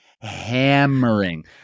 hammering